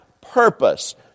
purpose